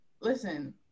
listen